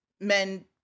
men